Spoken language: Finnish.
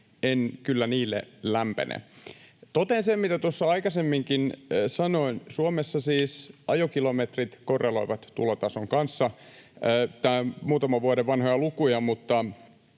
en kyllä lämpene. Totean sen, mitä tuossa aikaisemminkin sanoin: Suomessa ajokilometrit korreloivat tulotason kanssa. Nämä ovat muutaman vuoden vanhoja lukuja, mutta